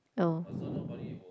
oh